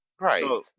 Right